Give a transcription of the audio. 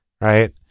right